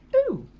oh.